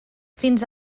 fins